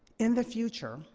in the future,